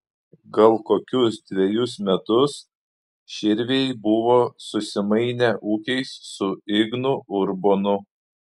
gal kokius dvejus metus širviai buvo susimainę ūkiais su ignu urbonu